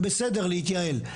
זה בסדר להתייעל,